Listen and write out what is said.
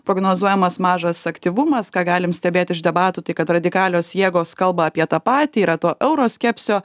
prognozuojamas mažas aktyvumas ką galim stebėt iš debatų tai kad radikalios jėgos kalba apie tą patį yra to euro skepsio